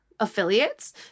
Affiliates